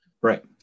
Right